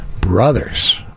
brothers